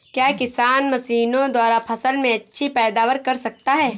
क्या किसान मशीनों द्वारा फसल में अच्छी पैदावार कर सकता है?